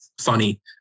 funny